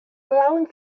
allowing